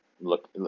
Look